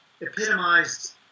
epitomized